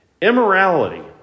Immorality